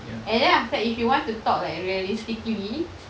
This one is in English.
and then after that if you want to talk like realistically